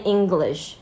English